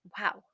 Wow